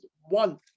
one